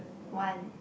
one